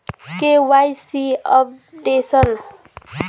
KYC updation?